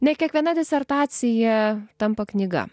ne kiekviena disertacija tampa knyga